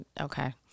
Okay